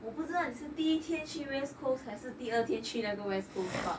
我不知道你第一天去 west coast 还是第二天去哪个 west coast park